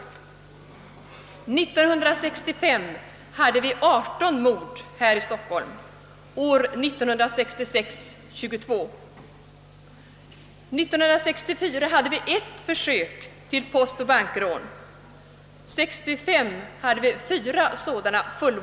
1965 hade vi 18 mord här i Stockholm och 1966 var antalet 22. 1964 hade vi ett försök till postoch bankrån. 1965 hade vi 4 fullbordade sådana brott.